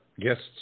guests